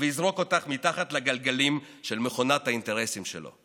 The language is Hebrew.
ויזרוק אותך מתחת לגלגלים של מכונת האינטרסים שלו.